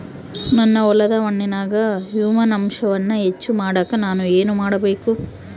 ನನ್ನ ಹೊಲದ ಮಣ್ಣಿನಾಗ ಹ್ಯೂಮಸ್ ಅಂಶವನ್ನ ಹೆಚ್ಚು ಮಾಡಾಕ ನಾನು ಏನು ಮಾಡಬೇಕು?